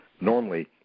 normally